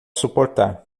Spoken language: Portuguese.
suportar